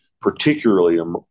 particularly